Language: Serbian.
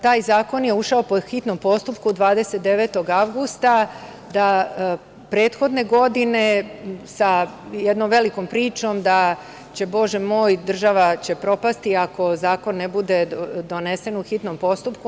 Taj zakon je ušao po hitnom postupku 29. avgusta prethodne godine, sa jednom velikom pričom da će, bože moj, država propasti ako zakon ne bude donesen u hitnom postupku.